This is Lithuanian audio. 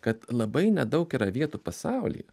kad labai nedaug yra vietų pasaulyje